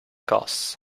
costs